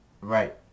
right